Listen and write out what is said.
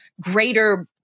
greater